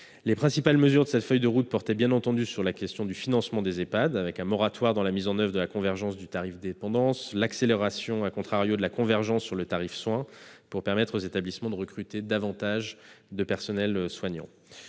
Les principales mesures de cette feuille de route portaient bien entendu sur le financement des Ehpad : moratoire dans la mise en oeuvre de la convergence du tarif dépendance, accélération de la convergence sur le tarif soins pour permettre aux établissements de recruter plus de personnels soignants.